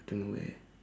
don't know where